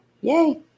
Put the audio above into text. Yay